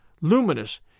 luminous